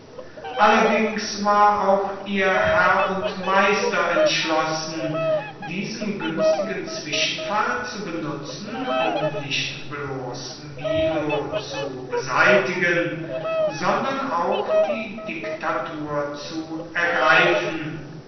allerdings war auch ihr herr und meister entschlossen diesen günstigen zwischenfall zu benutzen um nicht bloß milo zu beseitigen sondern auch die diktatur zu ergreifen